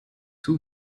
two